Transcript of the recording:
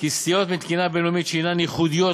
כי סטיות מתקינה בין-לאומית שהנן ייחודיות